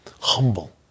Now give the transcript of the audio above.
humble